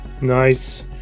Nice